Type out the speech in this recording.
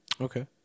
Okay